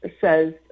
says